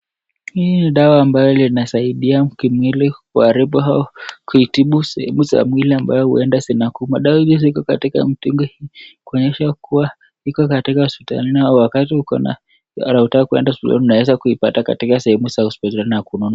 Hii ni dawa ambayo inasaidia kimeili kuhari au kuitibu sehemu za mwili ambaye inaweza kutuma. Dawa hii Iko katika mtungi hii kumaanisja Iko katika hospitali. Unaweza kwe Sehemu ya hospitali na kuinunua.